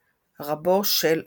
רבו של אביו.